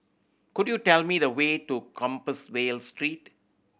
could you tell me the way to Compassvale Street